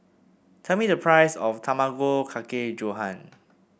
tell me the price of Tamago Kake Gohan